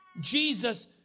Jesus